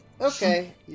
Okay